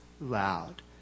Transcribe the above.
loud